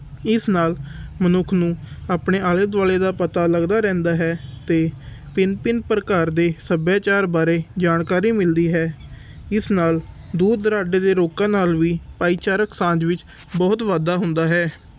ਇਸ ਨਾਲ ਮਨੁੱਖ ਨੂੰ ਆਪਣੇ ਆਲੇ ਦੁਆਲੇ ਦਾ ਪਤਾ ਲੱਗਦਾ ਰਹਿੰਦਾ ਹੈ ਅਤੇ ਭਿੰਨ ਭਿੰਨ ਪ੍ਰਕਾਰ ਦੇ ਸਭਿਆਚਾਰ ਬਾਰੇ ਜਾਣਕਾਰੀ ਮਿਲਦੀ ਹੈ ਇਸ ਨਾਲ ਦੂਰ ਦੁਰਾਡੇ ਦੇ ਲੋਕਾਂ ਨਾਲ ਵੀ ਭਾਈਚਾਰਕ ਸਾਂਝ ਵਿੱਚ ਬਹੁਤ ਵਾਧਾ ਹੁੰਦਾ ਹੈ